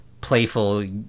playful